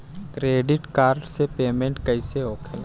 Credit card से payment कईसे होखेला?